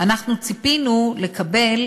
אנחנו ציפינו לקבל